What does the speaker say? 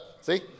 see